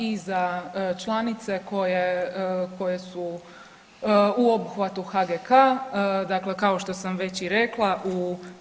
I za članice koje su u obuhvatu HGK, dakle kao što sam već i rekla, u…